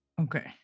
okay